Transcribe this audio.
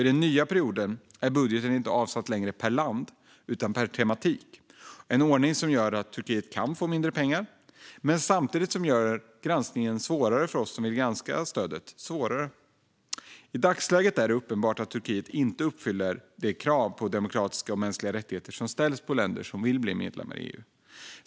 I den nya perioden är budgeten inte längre avsatt per land utan per tema. Det är en ordning som gör att Turkiet kan få mindre pengar, men samtidigt gör det också granskningen svårare för oss som vill granska stödet. I dagsläget är det uppenbart att Turkiet inte uppfyller de krav på demokratiska och mänskliga rättigheter som ställs på de länder som vill bli medlemmar i EU.